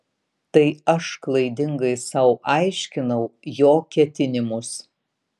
tai aš klaidingai sau aiškinau jo ketinimus